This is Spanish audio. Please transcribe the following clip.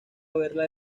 haberla